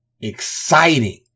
exciting